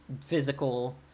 physical